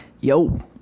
Yo